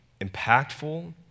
impactful